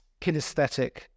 kinesthetic